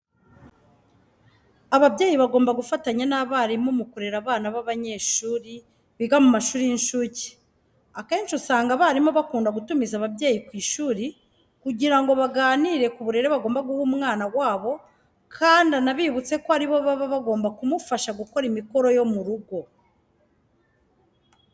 Ababyeyi bagomba gufatanya n'abarimu mu kurera abana b'abanyeshuri biga mu mashuri y'incuke. Akenshi usanga abarimu bakunda gutumiza ababyeyi ku ishuri kugira ngo baganire ku burere bagomba guha umwana wabo kandi anabibutse ko ari bo baba bagomba kumufasha gukora imikoro yo mu rugo.